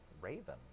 Raven